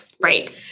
right